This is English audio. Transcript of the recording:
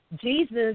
Jesus